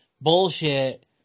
bullshit